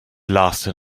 lasted